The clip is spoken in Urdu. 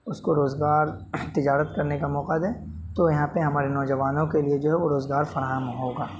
اس کو روزگار تجارت کرنے کا موقع دیں تو یہاں پہ ہمارے نوجوانوں کے لیے جو ہے وہ روزگار فراہم ہوگا